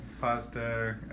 pasta